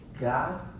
God